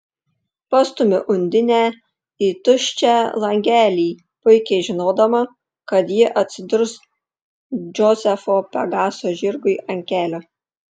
pastumiu undinę į tuščią langelį puikiai žinodama kad ji atsidurs džozefo pegaso žirgui ant kelio